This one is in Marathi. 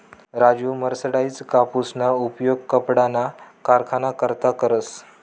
राजु मर्सराइज्ड कापूसना उपयोग कपडाना कारखाना करता करस